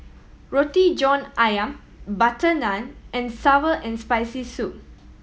Roti John Ayam butter naan and sour and Spicy Soup